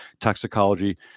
toxicology